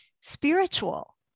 spiritual